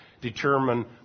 determine